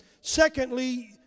Secondly